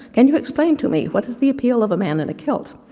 can you explain to me, what is the appeal of a man in a kilt?